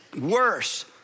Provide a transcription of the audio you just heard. worse